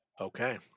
Okay